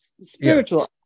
spiritual